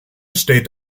steht